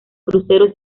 crucero